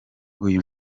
uyu